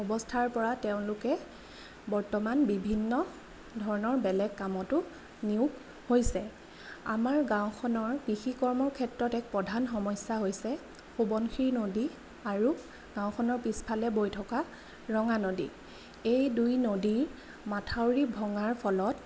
অৱস্থাৰ পৰা তেওঁলোকে বৰ্তমান বিভিন্ন ধৰণৰ বেলেগ কামতো নিয়োগ হৈছে আমাৰ গাঁওখনৰ কৃষি কৰ্মৰ ক্ষেত্ৰত এক প্ৰধান সমস্যা হৈছে সোৱণশিৰি নদী আৰু গাঁওখনৰ পিছফালে বৈ থকা ৰঙা নদী এই দুই নদী মথাউৰি ভঙাৰ ফলত